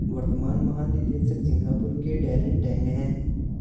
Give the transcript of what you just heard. वर्तमान महानिदेशक सिंगापुर के डैरेन टैंग हैं